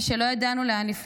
לא ידענו לאן לפנות,